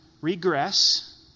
regress